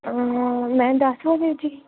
ਮੈਂ ਦਸ ਵਜੇ ਜੀ